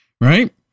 Right